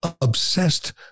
obsessed